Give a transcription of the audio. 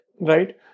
right